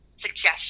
suggestion